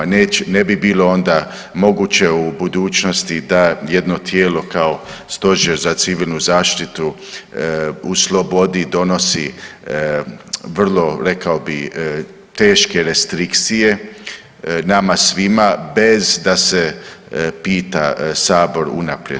Ne bi bilo onda moguće u budućnosti da jedno tijelo kao Stožera za civilnu zaštitu u slobodi donosi vrlo, rekao bi, teške restrikcije nama svima, bez da se pita Sabor unaprijed.